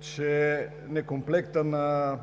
че недокомплектът на